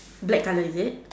black colour is it